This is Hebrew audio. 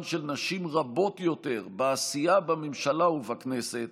של נשים רבות יותר בעשייה בממשלה ובכנסת